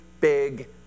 big